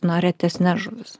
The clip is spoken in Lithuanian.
na retesnes žuvis